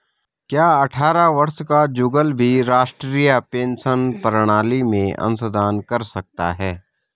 क्या अट्ठारह वर्ष का जुगल भी राष्ट्रीय पेंशन प्रणाली में अंशदान कर सकता है?